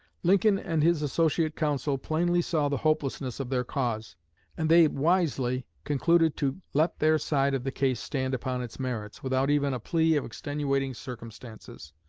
lincoln and his associate counsel plainly saw the hopelessness of their cause and they wisely concluded to let their side of the case stand upon its merits, without even a plea of extenuating circumstances.